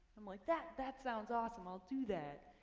i'm like, that, that sounds awesome, i'll do that.